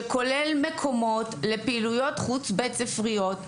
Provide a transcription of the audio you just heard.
שכולל מקומות לפעילויות חוץ בית ספריות,